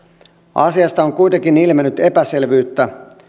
asiassa on kuitenkin ilmennyt epäselvyyttä